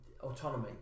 autonomy